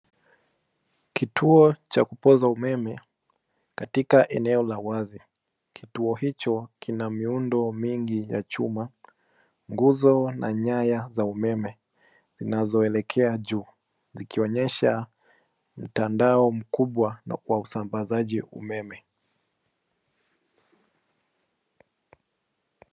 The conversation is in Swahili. Kituo cha kupoza umeme katika eneo la wazi. Kituo hicho kina miundo mingi ya chuma, nguzo na nyaya za umeme zinazoelekea juu, zikionyesha mtandao mkubwa na kwa usambazaji umeme.